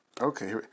Okay